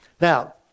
Now